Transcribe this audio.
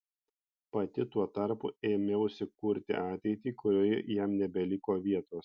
pati tuo tarpu ėmiausi kurti ateitį kurioje jam nebeliko vietos